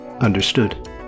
Understood